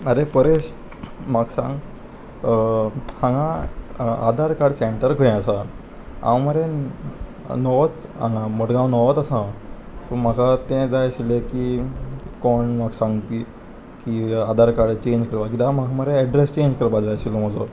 आरे परेश म्हाका सांग हांगा आदार कार्ड सेंटर खंय आसा हांव मरे नवोत हांगा मडगांव नवोत आसा हांव सो म्हाका तें जाय आशिल्लें की कोण म्हाका सांगपी की आदार कार्ड चेंज करपाक किद्याक म्हाका मरे एड्रेस चेंज करपा जाय आशिल्लो म्हजो